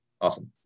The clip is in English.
Awesome